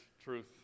truth